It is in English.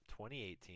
2018